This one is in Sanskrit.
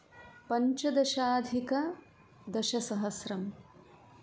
पञ्चदशाधिकदशसहस्रम्